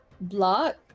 Block